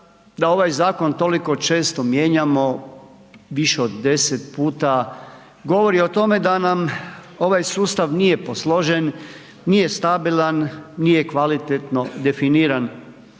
da ovaj zakon toliko često mijenjamo, više od 10 puta, govori o tome da nam ovaj sustav nije posložen, nije stabilan, nije kvalitetno definiran.